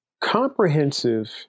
comprehensive